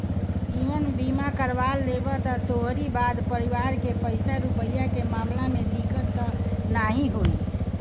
जीवन बीमा करवा लेबअ त तोहरी बाद परिवार के पईसा रूपया के मामला में दिक्कत तअ नाइ होई